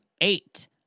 eight